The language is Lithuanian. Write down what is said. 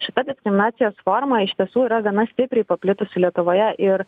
šita diskriminacijos forma iš tiesų yra gana stipriai paplitusi lietuvoje ir